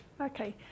Okay